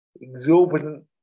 exorbitant